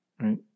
right